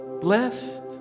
blessed